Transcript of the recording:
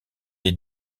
est